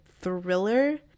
thriller